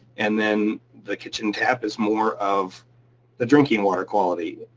and then the kitchen tap is more of the drinking water quality.